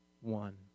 one